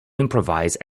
improvise